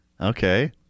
Okay